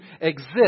exist